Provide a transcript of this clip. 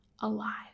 alive